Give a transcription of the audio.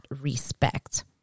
respect